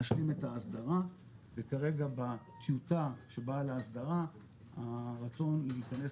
נשלים את ההסדרה וכרגע בטיוטה שבאה להסדרה הרצון להיכנס